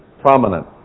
prominent